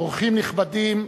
אורחים נכבדים,